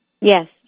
Yes